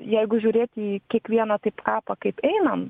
jeigu žiūrėt į kiekvieną taip kapą kaip einam